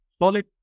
solid